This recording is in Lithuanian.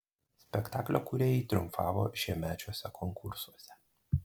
spektaklio kūrėjai triumfavo šiemečiuose konkursuose